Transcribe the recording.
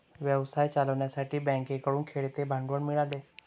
व्यवसाय चालवण्यासाठी बँकेकडून खेळते भांडवल मिळाले